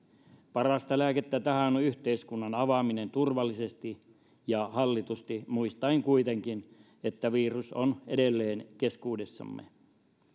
parasta lääkettä tähän on yhteiskunnan avaaminen turvallisesti ja hallitusti muistaen kuitenkin että virus on edelleen keskuudessamme